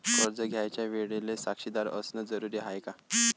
कर्ज घ्यायच्या वेळेले साक्षीदार असनं जरुरीच हाय का?